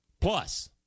Plus